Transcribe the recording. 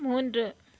மூன்று